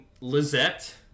lizette